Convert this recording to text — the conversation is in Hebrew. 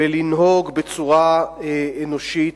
ולנהוג בצורה אנושית.